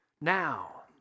now